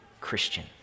Christian